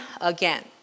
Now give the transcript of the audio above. again